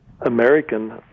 American